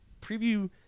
preview